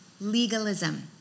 legalism